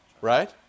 right